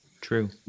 true